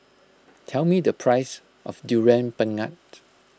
tell me the price of Durian Pengat